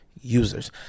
users